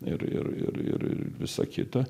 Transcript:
ir ir ir ir visa kita